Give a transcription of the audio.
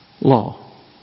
law